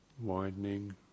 widening